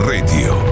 Radio